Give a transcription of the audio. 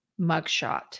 mugshot